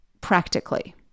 practically